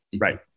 Right